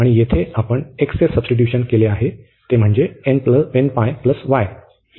आणि येथे आपण x चे सब्स्टीट्यूशन केले आहे ते म्हणजे